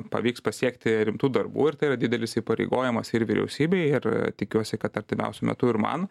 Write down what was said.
pavyks pasiekti rimtų darbų ir tai yra didelis įpareigojimas ir vyriausybei ir tikiuosi kad artimiausiu metu ir man